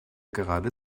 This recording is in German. gerade